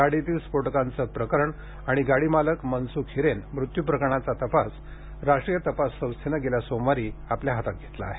गाडीतील स्फोटकांचे प्रकरण आणि गाडीमालक मनसुख हिरेन मृत्यु प्रकरणाचा तपास राष्ट्रीय तपास संस्थेने गेल्या सोमवारी आपल्या हातात घेतला आहे